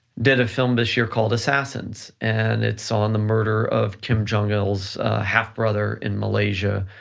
did a film this year called assassins, and it's on the murder of kim jong il's half-brother in malaysia,